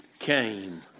came